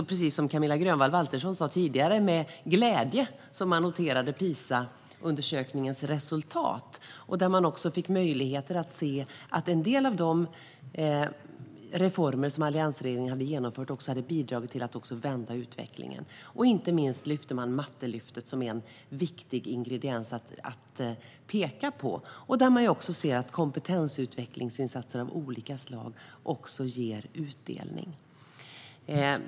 Precis som Camilla Waltersson Grönvall sa tidigare var det med glädje vi noterade PISA-undersökningens resultat. Där fick vi möjlighet att se att en del av de reformer alliansregeringen genomförde har bidragit till att vända utvecklingen. Inte minst lyfte man fram Mattelyftet som en viktig ingrediens, och vi ser också att kompetensutvecklingsinsatser av olika slag ger utdelning.